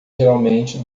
geralmente